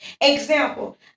Example